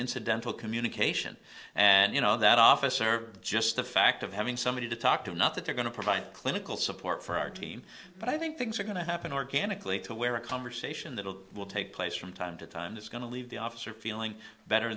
incidental communication and you know that officer just the fact of having somebody to talk to not that they're going to provide clinical support for our team but i think things are going to happen organically to where a conversation that will take place from time to time is going to leave the officer feeling better